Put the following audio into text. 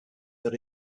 that